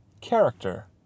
character